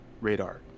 radar